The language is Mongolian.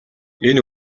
энэ